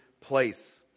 place